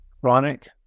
chronic